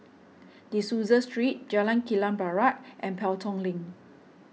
De Souza Street Jalan Kilang Barat and Pelton Link